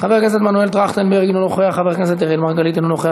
חבר הכנסת מנואל טרכטנברג, אינו נוכח.